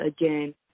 again